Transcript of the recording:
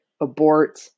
abort